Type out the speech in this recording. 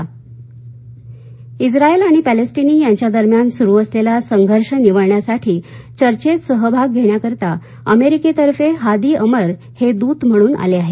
Israel Palestinian Israel आणि Palestinian यांच्या दरम्यान सुरु असलेला संघर्ष निवळण्यासाठी चर्चेत सहभाग घेण्याकरिता अमेरिकेतर्फे हादी अमर हे दूत म्हणून आले आहेत